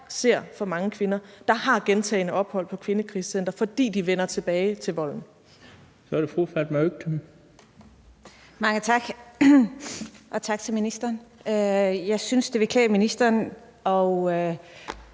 ser for mange kvinder, der har gentagne ophold på et kvindekrisecenter, altså fordi de vender tilbage til volden.